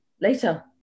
later